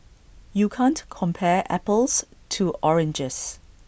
you can't compare apples to oranges